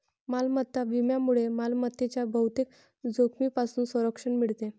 मालमत्ता विम्यामुळे मालमत्तेच्या बहुतेक जोखमींपासून संरक्षण मिळते